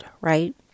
right